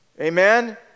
Amen